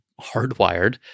hardwired